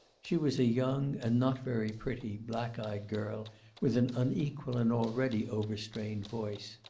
she was a young, and not very pretty, black-eyed girl with an unequal and already overstrained voice.